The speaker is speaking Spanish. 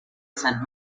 san